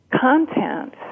content